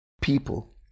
people